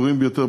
ברורים ביותר,